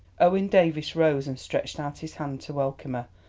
owen davies rose and stretched out his hand to welcome her,